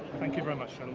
thank you very much.